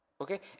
okay